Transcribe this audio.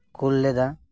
ᱠᱩᱞ ᱞᱮᱫᱟ